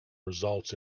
results